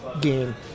game